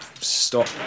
Stop